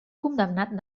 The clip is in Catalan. condemnat